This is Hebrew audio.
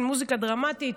יש מין מוזיקה דרמטית,